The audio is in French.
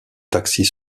taxis